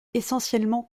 essentiellement